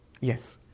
Yes